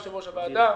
יושב-ראש הוועדה,